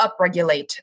upregulate